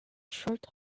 shirt